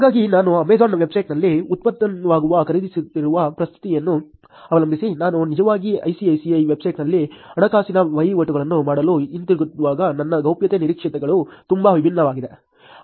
ಹಾಗಾಗಿ ನಾನು Amazon ವೆಬ್ಸೈಟ್ನಲ್ಲಿ ಉತ್ಪನ್ನವನ್ನು ಖರೀದಿಸಲಿರುವ ಪರಿಸ್ಥಿತಿಯನ್ನು ಅವಲಂಬಿಸಿ ನಾನು ನಿಜವಾಗಿ ICICI ವೆಬ್ಸೈಟ್ನಲ್ಲಿ ಹಣಕಾಸಿನ ವಹಿವಾಟುಗಳನ್ನು ಮಾಡಲು ಹೋಗುತ್ತಿರುವಾಗ ನನ್ನ ಗೌಪ್ಯತೆ ನಿರೀಕ್ಷೆಗಳು ತುಂಬಾ ವಿಭಿನ್ನವಾಗಿವೆ